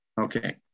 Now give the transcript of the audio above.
Okay